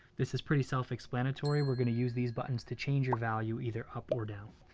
this is pretty self-explanatory we're gonna use these buttons to change your value either up or down.